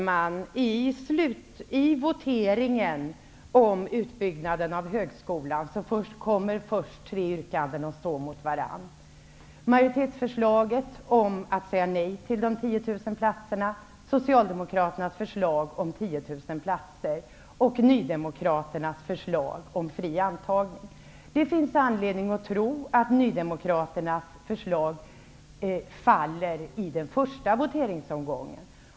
Herr talman! I voteringen om utbyggnaden av högskolan kommer först tre yrkanden att stå mot varandra: majoritetsförslaget om att säga nej till de 10 000 platser och nydemokraternas förslag om fri antagning. Det finns anledning att tro att nydemokraternas förslag faller i den första voteringsomgången.